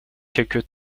quelque